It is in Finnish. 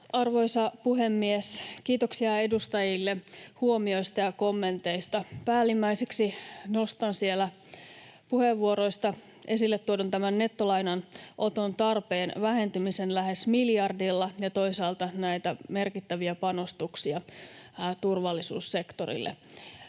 Arvoisa puhemies! Kiitoksia edustajille huomioista ja kommenteista. Päällimmäiseksi sieltä puheenvuoroista nostan tämän esille tuodun nettolainanoton tarpeen vähentymisen lähes miljardilla ja toisaalta nämä merkittävät panostukset turvallisuussektorille.